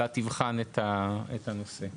התשכ"ח 1968 ;